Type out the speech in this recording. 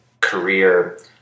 career